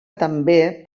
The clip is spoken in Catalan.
també